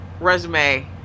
resume